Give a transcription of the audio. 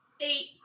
Eight